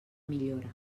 millora